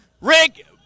Rick